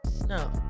No